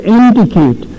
indicate